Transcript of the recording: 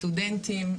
סטודנטים,